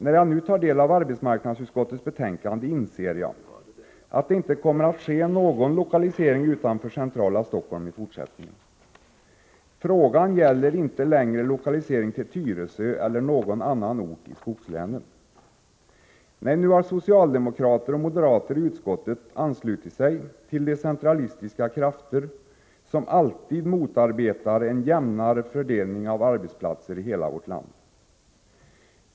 När jag nu tar del av arbetsmarknadsutskottets betänkande inser jag att det inte kommer att ske någon lokalisering utanför centrala Stockholm i fortsättningen. Frågan gäller inte längre lokalisering till Tyresö eller någon ort i skogslänen. Nej, nu har socialdemokrater och moderater i utskottet anslutit sig till de centralistiska krafter som alltid motarbetar en jämnare fördelning av arbetsplatser i hela vårt land.